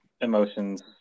emotions